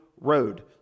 Road